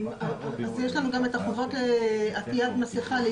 אז יש לנו גם החובות לעטיית מסכה.